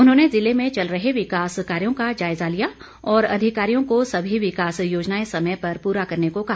उन्होंने ने ज़िले में चल रहे विकास कार्यो का जायजा लिया और अधिकारियों को सभी विकास योजनाएं समय पर पूरा करने को कहा